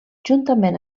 juntament